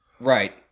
Right